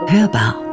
Hörbar